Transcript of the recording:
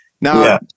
Now